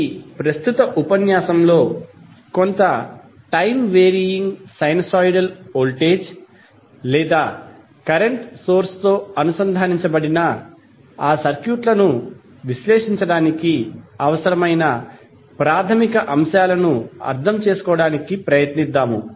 ఈ ప్రస్తుత ఉపన్యాసంలో కొంత టైమ్ వేరీయింగ్ సైనూసోయిడల్ వోల్టేజ్ లేదా కరెంట్ సోర్స్ తో అనుసంధానించబడిన ఆ సర్క్యూట్లను విశ్లేషించడానికి అవసరమైన ప్రాథమిక అంశాలను అర్థం చేసుకోవడానికి ప్రయత్నిద్దాము